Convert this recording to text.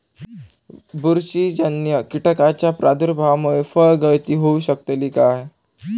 बुरशीजन्य कीटकाच्या प्रादुर्भावामूळे फळगळती होऊ शकतली काय?